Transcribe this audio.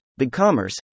BigCommerce